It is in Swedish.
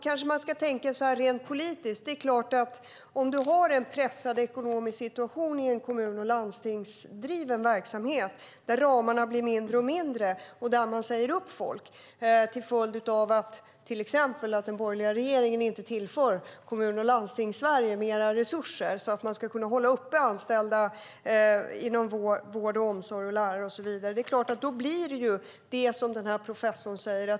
I en pressad ekonomisk situation i en kommun eller landstingsdriven verksamhet där ramarna blir mindre och mindre och man säger upp folk, till exempel till följd av att den borgerliga regeringen inte tillför Kommun och landstingssverige mer resurser så att man kan hålla uppe antalet anställda inom vård och omsorg och skola, kan det bli som den där professorn säger.